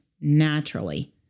naturally